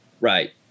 right